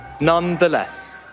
nonetheless